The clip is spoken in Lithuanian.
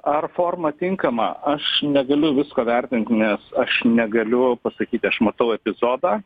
ar forma tinkama aš negaliu visko vertint nes aš negaliu pasakyti aš matau epizodą